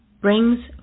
brings